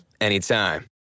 anytime